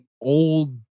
old